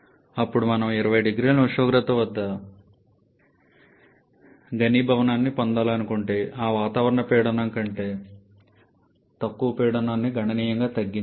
అప్పుడు మనం 20 0C ఉష్ణోగ్రత వద్ద ఘనీభవనాన్ని పొందాలనుకుంటే ఆ వాతావరణ పీడనం కంటే తక్కువ పీడనం ని గణనీయంగా తగ్గించాలి